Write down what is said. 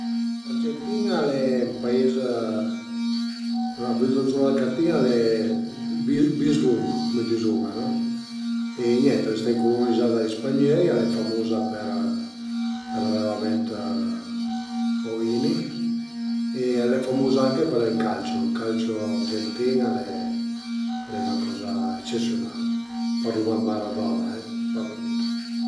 Ël fiur pi bel che l'ai vist al e staita, stait li ën Costa Rica cuand suma andait truvé apunto me cügnà e a i era li davanti, vizin al risturant ënt ün parco e al a le sembianse d'la dë l'urchidea, ën tanti culur, 'na coza, ün fiur enorme, tipo tipo ün girasul cume grusëssa più o meno